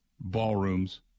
ballrooms